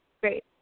Great